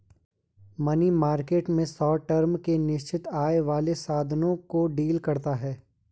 money market में short term के निश्चित आय वाले साधनों को डील करता है